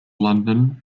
london